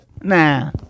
Nah